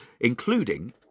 Including